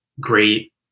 great